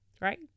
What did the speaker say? right